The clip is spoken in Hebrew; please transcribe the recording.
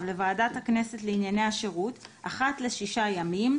לוועדת הכנסת לענייני השירות אחת לשישה ימים,